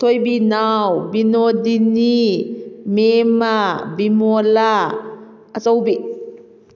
ꯊꯣꯏꯕꯤꯅꯥꯎ ꯕꯤꯅꯣꯗꯤꯅꯤ ꯃꯦꯝꯃ ꯕꯤꯃꯣꯂꯥ ꯑꯆꯧꯕꯤ